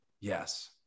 yes